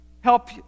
help